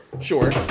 sure